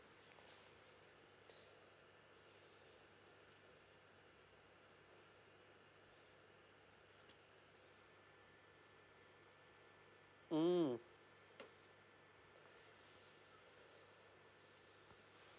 mm